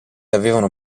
avevano